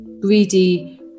greedy